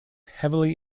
heavily